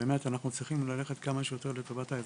ועל מנת שהמוצא שמוצע למשפחה בעת צערה,